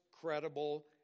credible